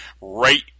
right